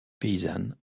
paysanne